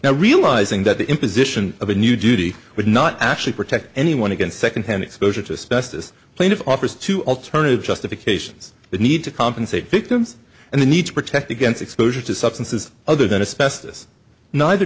now realizing that the imposition of a new duty would not actually protect anyone against second hand exposure to specify this plaintiff offers to alternative justifications the need to compensate victims and the need to protect against exposure to substances other than